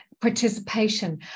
Participation